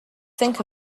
think